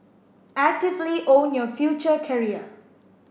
actively own your future career